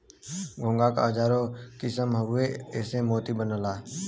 घोंघा क हजारो किसम हउवे एसे मोती बनला